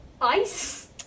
Ice